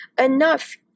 enough